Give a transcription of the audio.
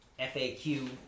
FAQ